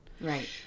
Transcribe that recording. Right